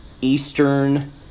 Eastern